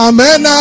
Amen